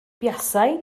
buasai